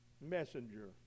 messenger